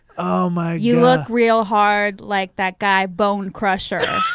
you look real hard, like that guy bonecrusher,